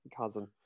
cousin